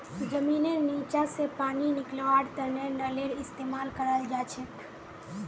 जमींनेर नीचा स पानी निकलव्वार तने नलेर इस्तेमाल कराल जाछेक